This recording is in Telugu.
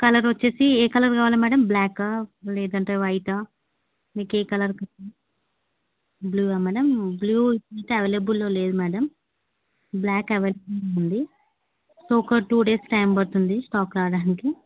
కలర్ వచ్చేసి ఏ కలర్ కావాలి మేడమ్ బ్లాకా లేదంటే వైటా మీకు ఏ కలర్ బ్లూ మ్యాడమ్ బ్లూ అవైలబుల్లో లేదు మేడమ్ బ్లాక్ అవైలబుల్ ఉంది సో ఒక టూ డేస్ టైం పడుతుంది స్టాక్ రావడానికి